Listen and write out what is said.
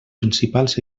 principals